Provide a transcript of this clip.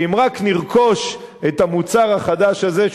שאם רק נרכוש את המוצר החדש הזה,